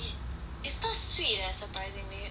it's not sweet ah surprisingly like there's the